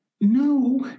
No